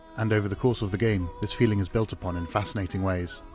and over the course of the game, this feeling is built upon in fascinating ways.